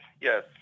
yes